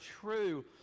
true